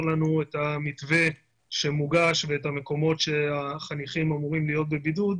לנו את המתווה שמוגש ואת המקומות שהחניכים אמורים להיות בבידוד,